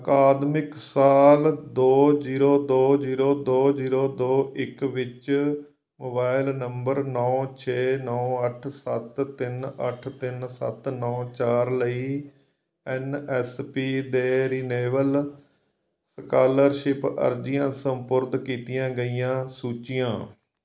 ਅਕਾਦਮਿਕ ਸਾਲ ਦੋ ਜੀਰੋ ਦੋ ਜੀਰੋ ਦੋ ਜੀਰੋ ਦੋ ਇੱਕ ਵਿੱਚ ਮੋਬਾਈਲ ਨੰਬਰ ਨੌ ਛੇ ਨੌ ਅੱਠ ਸੱਤ ਤਿੰਨ ਅੱਠ ਤਿੰਨ ਸੱਤ ਨੌ ਚਾਰ ਲਈ ਐੱਨ ਐੱਸ ਪੀ 'ਤੇ ਰਿਨਿਵੇਲ ਸਕਾਲਰਸ਼ਿਪ ਅਰਜ਼ੀਆਂ ਸਪੁਰਦ ਕੀਤੀਆਂ ਗਈਆਂ ਸੂਚੀਆਂ